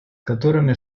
которыми